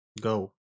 go